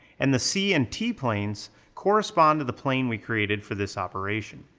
and the c and t planes correspond to the plane we created for this operation.